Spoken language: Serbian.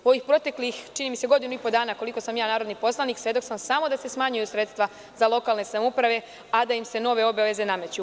Za ovih proteklih godinu i po dana koliko sam ja narodni poslanik, svedok sam samo da se smanjuju sredstva za lokalne samouprave, a da im se nove obaveze nameću.